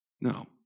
No